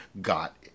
got